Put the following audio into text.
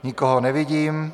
Nikoho nevidím.